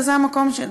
וזה המקום של,